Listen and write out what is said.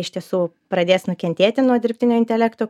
iš tiesų pradės nukentėti nuo dirbtinio intelekto